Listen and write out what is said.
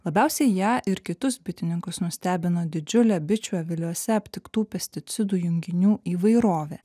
labiausiai ją ir kitus bitininkus nustebino didžiulė bičių aviliuose aptiktų pesticidų junginių įvairovė